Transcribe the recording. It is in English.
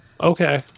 Okay